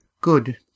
Good